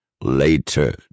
later